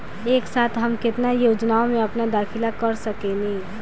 एक साथ हम केतना योजनाओ में अपना दाखिला कर सकेनी?